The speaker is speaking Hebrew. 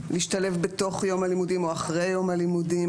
להשתלב בתוך יום הלימודים או אחרי יום הלימודים,